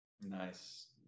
nice